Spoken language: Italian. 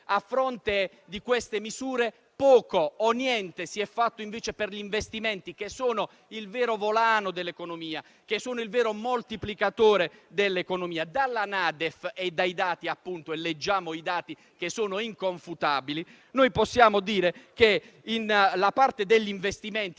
A fronte di queste misure, poco o niente si è fatto invece per gli investimenti, che sono il vero volano e il vero moltiplicatore dell'economia. Dalla NADEF e dai dati - leggiamoli, che sono inconfutabili - possiamo dire che la parte degli investimenti,